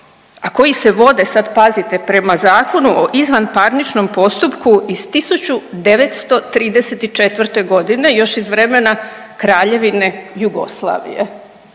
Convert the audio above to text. a koji se vode sad pazite prema Zakonu o izvanparničnom postupku iz 1934. godine još iz vremena Kraljevine Jugoslavije.